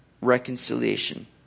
reconciliation